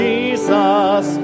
Jesus